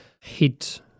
hit